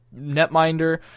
netminder